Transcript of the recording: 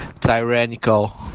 tyrannical